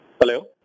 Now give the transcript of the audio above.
Hello